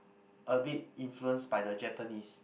a bit influence by the Japanese